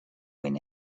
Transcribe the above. win